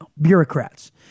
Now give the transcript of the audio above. bureaucrats